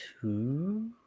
two